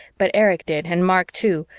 but erich did and mark too,